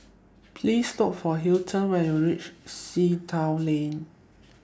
Please Look For Hilton when YOU REACH Sea Town Lane